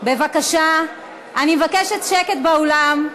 בבקשה, אני מבקשת שקט באולם,